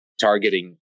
targeting